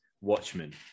Watchmen